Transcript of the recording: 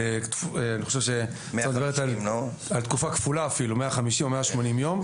אני חושב שההצעה מדברת על תקופה כפולה 150 או 180 יום.